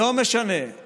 לא משנה,